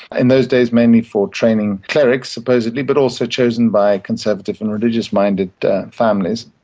in those days mainly for training clerics, supposedly, but also chosen by conservative and religious-minded families.